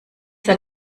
der